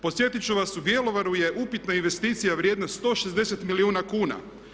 Podsjetiti ću vas u Bjelovaru je upitna investicija vrijedna 160 milijuna kuna.